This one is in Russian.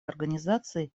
организаций